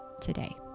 today